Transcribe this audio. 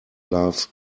loves